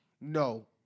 No